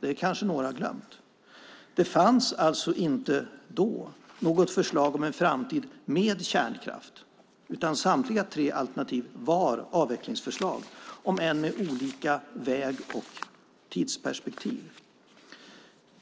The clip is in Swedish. Det kanske några har glömt. Det fanns alltså inte då något förslag om en framtid med kärnkraft, utan samtliga tre alternativ var avvecklingsförslag, om än med olika väg och tidsperspektiv.